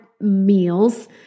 meals